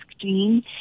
gene